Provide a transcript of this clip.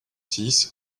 six